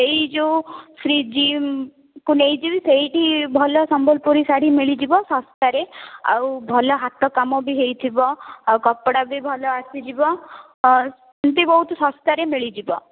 ଏ ଯେଉଁ ଫ୍ରୀଜିମକୁ ନେଇଯିବି ସେଠି ଭଲ ସମ୍ବଲପୁରୀ ଶାଢ଼ୀ ମିଳିଯିବ ଶସ୍ତାରେ ଆଉ ଭଲ ହାତ କାମ ହେଇଥିବ କପଡାବି ଭଲ ଆସିଯିବ ଆଉ ଏମିତି ଭଲ ଶସ୍ତାରେ ମିଳିଯିବ